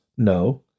No